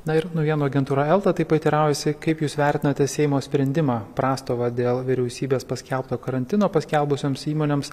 na ir naujienų agentūra elta taip pat teiraujasi kaip jūs vertinate seimo sprendimą prastovą dėl vyriausybės paskelbto karantino paskelbusioms įmonėms